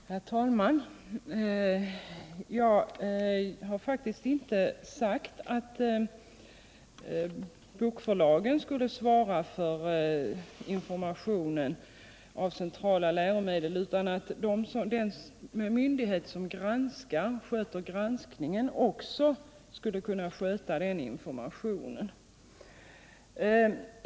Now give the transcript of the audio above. Herr talman! Jag har faktiskt inte sagt att bokförlagen skulle svara för informationen om centrala läromedel utan att den myndighet som sköter granskningen också skulle sköta den informationen.